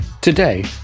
Today